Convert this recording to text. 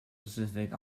pacific